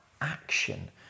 action